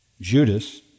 Judas